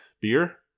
Beer